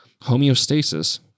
homeostasis